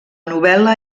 novel·la